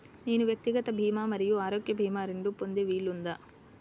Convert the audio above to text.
నేను వ్యక్తిగత భీమా మరియు ఆరోగ్య భీమా రెండు పొందే వీలుందా?